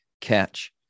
catch